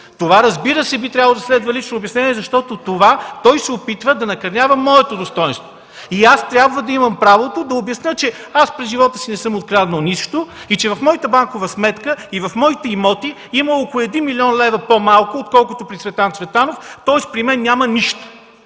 Това, разбира се, би трябвало да следва лично обяснение, защото той се опитва да накърнява моето достойнство и аз трябва да имам правото да обясня, че през живота си не съм откраднал нищо и че в моята банкова сметка и в моите имоти има около 1 млн. лв. по-малко, отколкото при Цветан Цветанов, тоест при мен няма нищо.